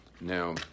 Now